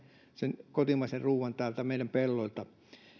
sen kotimaisen ruoan meidän pelloiltamme